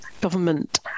government